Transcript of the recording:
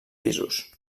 pisos